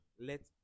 let